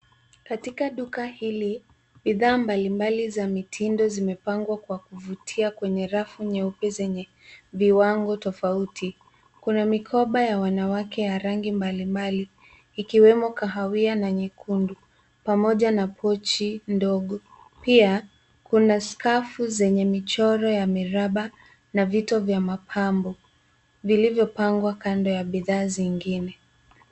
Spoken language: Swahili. Katika duka hili, bidhaa mbalimbali za mitindo zimepangwa kwa kuvutia kwenye rafu nyeupe zenye viwango tofauti. Kuna mikoba ya wanawake ya rangi mbalimbali ikiwemo kahawia na nyekundu pamoja na pochi ndogo. Pia kuna skafu zenye michoro ya miraba na vito vya mapambo vilivyopangwa kando ya bidhaa zingine.